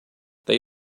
they